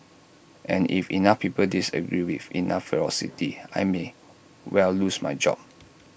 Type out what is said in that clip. and if enough people disagree with enough ferocity I may well lose my job